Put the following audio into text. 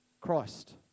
Christ